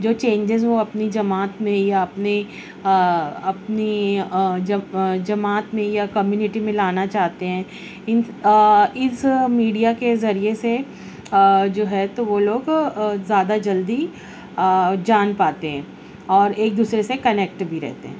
جو چینجز وہ اپنی جماعت میں یا اپنے اپنی جماعت میں یا کمیونٹی میں لانا چاہتے ہیں ان اس میڈیا کے ذریعے سے جو ہے تو وہ لوگ زیادہ جلدی جان پاتے ہیں اور ایک دوسرے سے کنیکٹ بھی رہتے ہیں